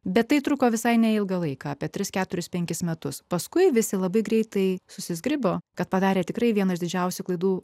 bet tai truko visai neilgą laiką apie tris keturis penkis metus paskui visi labai greitai susizgribo kad padarė tikrai vienas didžiausių klaidų